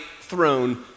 throne